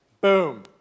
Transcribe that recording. boom